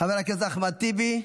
חבר הכנסת אחמד טיבי?